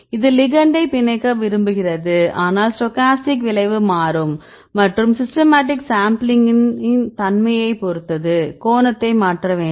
இது லிகெண்ட்டை பிணைக்க விரும்புகிறது ஆனால் ஸ்டோக்காஸ்டிக் விளைவு மாறும் மற்றும் சிஸ்டமேட்டிக் சாம்பிளிங்கின் தன்மையைப் பொறுத்தது கோணத்தை மாற்ற வேண்டும்